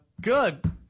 Good